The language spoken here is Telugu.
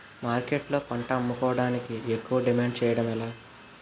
మార్కెట్లో పంట అమ్ముకోడానికి ఎక్కువ డిమాండ్ చేయడం ఎలా?